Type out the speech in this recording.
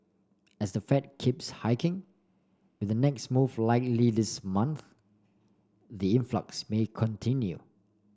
as the Fed keeps hiking with the next move likely this month the influx may continue